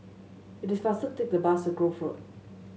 it is faster to take the bus to Grove Road